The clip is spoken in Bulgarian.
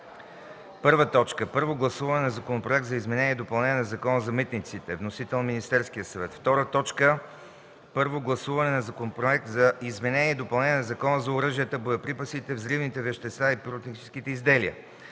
ред: 1. Първо гласуване на Законопроекта за изменение и допълнение на Закона за митниците, вносител: Министерски съвет. 2. Първо гласуване на Законопроекта за изменение и допълнение на Закона за оръжията, боеприпасите, взривните вещества и пиротехническите изделия.